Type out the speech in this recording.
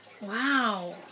Wow